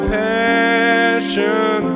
passion